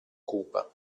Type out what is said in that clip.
cupa